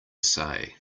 say